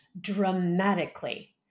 dramatically